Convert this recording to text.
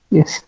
Yes